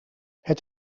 het